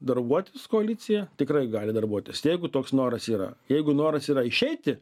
darbuotis koalicija tikrai gali darbuotis jeigu toks noras yra jeigu noras yra išeiti